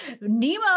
Nemo